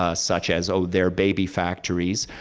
ah such as, oh, they're baby factories.